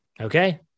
okay